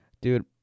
Dude